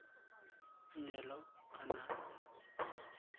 ᱧᱮᱞᱚᱜ ᱠᱟᱱᱟ